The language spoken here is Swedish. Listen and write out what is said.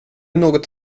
något